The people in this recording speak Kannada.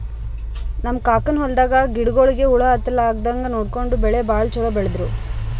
ನಮ್ ಕಾಕನ್ ಹೊಲದಾಗ ಗಿಡಗೋಳಿಗಿ ಹುಳ ಹತ್ತಲಾರದಂಗ್ ನೋಡ್ಕೊಂಡು ಬೆಳಿ ಭಾಳ್ ಛಲೋ ಬೆಳದ್ರು